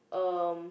um